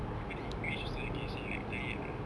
even in english also I can say like tired lah